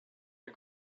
you